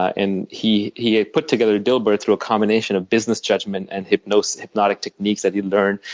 and he he had put together dilbert through a combination of business judgment and hypnotic hypnotic techniques that he'd learned,